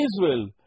Israel